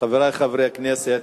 חברי חברי הכנסת,